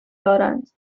دارند